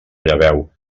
lleveu